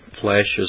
flashes